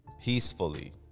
Peacefully